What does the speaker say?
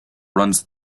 runs